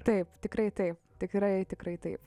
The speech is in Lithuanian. taip tikrai taip tikrai tikrai taip